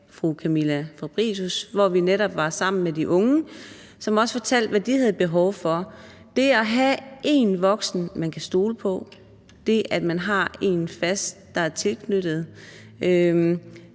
fru Camilla Fabricius i Aarhus, hvor vi netop var sammen med de unge, som også fortalte, hvad de havde behov for: Det at have én voksen, man kan stole på, det, at man har en fast, der er tilknyttet,